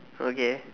okay